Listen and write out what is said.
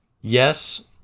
Yes